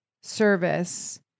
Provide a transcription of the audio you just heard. service